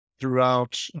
Throughout